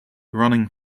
running